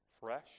fresh